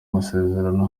masezerano